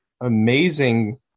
amazing